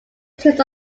tips